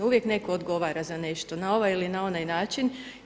Uvijek netko odgovara za nešto na ovaj ili na onaj način.